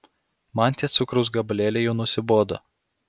man tie cukraus gabalėliai jau nusibodo